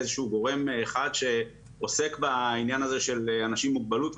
גורם אחד שעוסק בעניין הזה של אנשים עם מוגבלות,